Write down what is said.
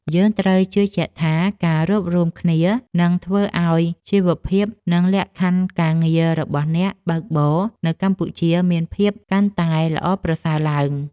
យើងត្រូវជឿជាក់ថា ការរួបរួមគ្នានឹងធ្វើឱ្យជីវភាព និងលក្ខខណ្ឌការងាររបស់អ្នកបើកបរនៅកម្ពុជាមានភាពកាន់តែល្អប្រសើរឡើង។